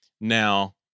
Now